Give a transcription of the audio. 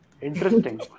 Interesting